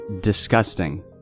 disgusting